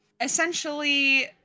essentially